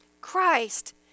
Christ